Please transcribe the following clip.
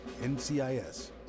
NCIS